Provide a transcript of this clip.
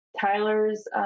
Tyler's